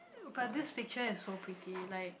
but this picture is so pretty like